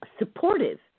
supportive